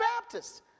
Baptists